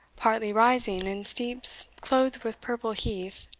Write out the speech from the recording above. partly rising in steeps clothed with purple heath,